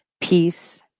peace